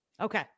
Okay